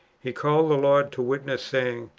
he called the lord to witness, saying,